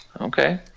Okay